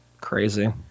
crazy